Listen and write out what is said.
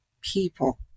people